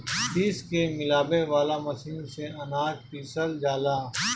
पीस के मिलावे वाला मशीन से अनाज पिसल जाला